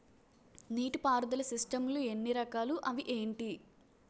నీటిపారుదల సిస్టమ్ లు ఎన్ని రకాలు? అవి ఏంటి?